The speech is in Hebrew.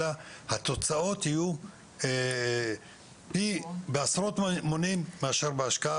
ואז התוצאות יהיו טובות בעשרות מונים מאשר ההשקעה.